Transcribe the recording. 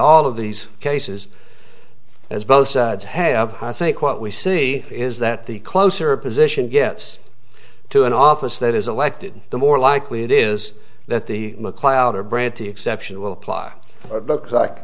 all of these cases as both sides have i think what we see is that the closer a position gets to an office that is elected the more likely it is that the mccloud or brandy exception will apply or look like